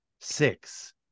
six